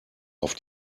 auf